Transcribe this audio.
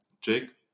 Jake